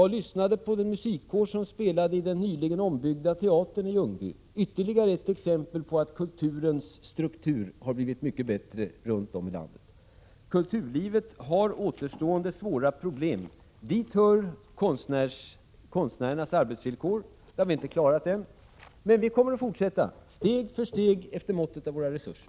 Jag lyssnade också på en musikkår som spelade i den nyligen ombyggda teatern i Ljungby - ytterligare ett exempel på att kulturens struktur har blivit mycket bättre runt om i landet. Men för kulturlivet återstår svåra problem. Det gäller t.ex. konstnärernas arbetsvillkor. Det problemet har vi inte klarat ännu. Men vi kommer att fortsätta steg för steg efter måttet av våra resurser.